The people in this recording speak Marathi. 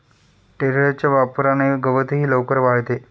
टेडरच्या वापराने गवतही लवकर वाळते